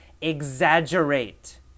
Exaggerate